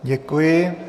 Děkuji.